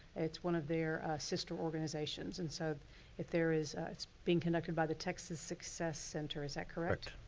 it's one of their sister organizations and so if there is, it's being conducted by the texas success center, is that correct?